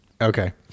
Okay